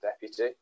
deputy